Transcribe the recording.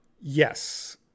Yes